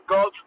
God